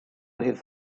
his